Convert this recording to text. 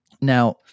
Now